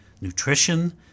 nutrition